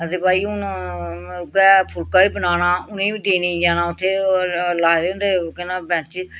असें भई हून उयै फुलका बी बनाना उ'नें गी बी देने जाना उत्थें होर लाए दे होंदे केह् नांऽ बैंच